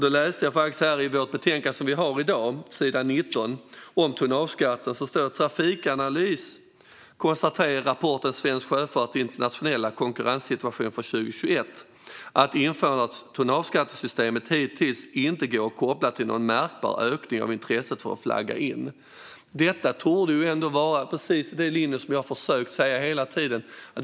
På sidan 19 i det betänkande som vi debatterar i dag står det om tonnageskatten: "Trafikanalys konstaterar i rapporten Svensk sjöfarts internationella konkurrenssituation 2021 att införandet av systemet hittills inte går att koppla till någon märkbar ökning av intresset för att flagga in." Detta torde ändå vara precis i linje med det jag har försökt säga hela tiden.